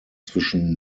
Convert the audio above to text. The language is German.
zwischen